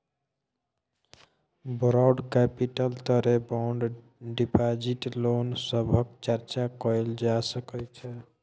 borrowed capital तरे bond deposit loan सभक चर्चा कएल जा सकइ छै